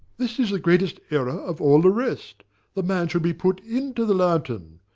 this is the greatest error of all the rest the man should be put into the lantern.